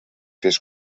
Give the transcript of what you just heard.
fes